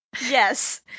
Yes